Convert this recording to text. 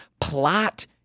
plot